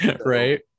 right